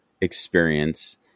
experience